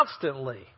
constantly